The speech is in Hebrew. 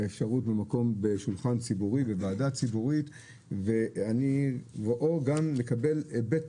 והאפשרות בשולחן ציבורי בוועדה ציבורית ואני מאוד גם מקבל היבט